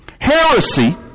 Heresy